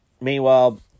Meanwhile